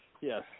Yes